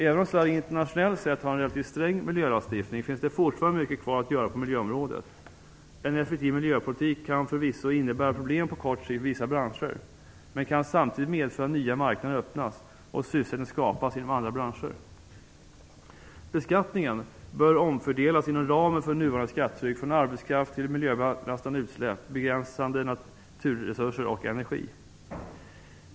Även om Sverige internationellt sett har en relativt sträng miljölagstiftning finns det fortfarande mycket kvar att göra på miljöområdet. En effektiv miljöpolitik kan förvisso innebära problem på kort sikt för vissa branscher, men den kan samtidigt medföra att nya marknader öppnas och sysselsättning skapas inom andra branscher. Beskattningen bör omfördelas inom ramen för nuvarande skattetryck från arbetskraft till miljöbelastande utsläpp, begränsade naturresurser och energi.